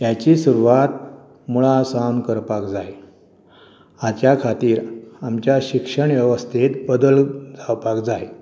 हाची सुरवात मुळासावन करपाक जाय हाच्या खातीर आमच्या शिक्षण वेवस्थेंत बदल जावपाक जाय